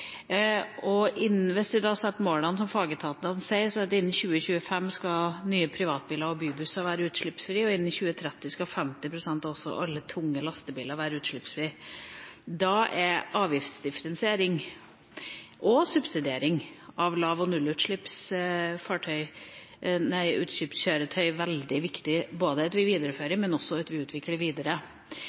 målene som fagetatene setter, skal nye privatbiler og bybusser være utslippsfrie innen 2025, og innen 2030 skal også 50 pst. av alle tunge lastebiler være utslippsfrie. Da er avgiftsdifferensiering og subsidiering av lav- og nullutslippskjøretøy veldig viktig – både at vi viderefører det, og at vi utvikler det videre.